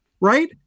right